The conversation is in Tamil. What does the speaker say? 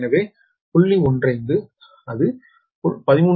15 அது 13